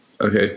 Okay